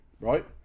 right